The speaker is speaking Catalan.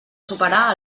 superar